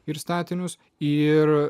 ir statinius ir